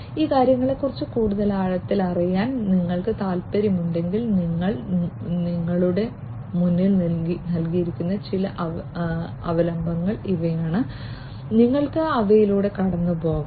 ഈ കാര്യങ്ങളെക്കുറിച്ച് കൂടുതൽ ആഴത്തിൽ അറിയാൻ നിങ്ങൾക്ക് താൽപ്പര്യമുണ്ടെങ്കിൽ നിങ്ങളുടെ മുന്നിൽ നൽകിയിരിക്കുന്ന ചില അവലംബങ്ങൾ ഇവയാണ് നിങ്ങൾക്ക് അവയിലൂടെ കടന്നുപോകാം